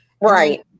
Right